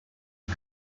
مال